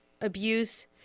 abuse